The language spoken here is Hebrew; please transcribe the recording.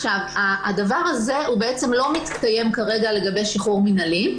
הדבר הזה לא מתקיים כרגע לגבי שחרור מינהלי.